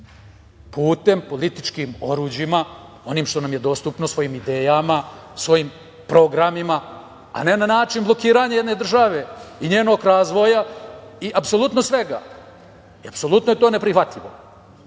putem, političkim oruđima, onim što nam je dostupno, svojim idejama, svojim programima, a ne na način blokiranja jedne države i njenog razvoja i apsolutno svega. Apsolutno je to neprihvatljivo